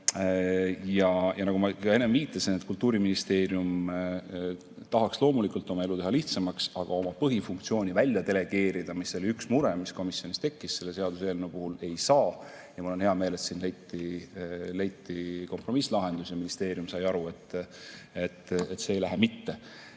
Nagu ma ka enne viitasin, Kultuuriministeerium tahaks loomulikult oma elu lihtsamaks teha. Aga oma põhifunktsiooni edasi delegeerida, mis oli üks mure, mis komisjonis tekkis selle seaduseelnõu puhul, ei saa. Mul on hea meel, et siin leiti kompromisslahendus ja ministeerium sai aru, et see ei lähe mitte,